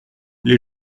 les